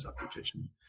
application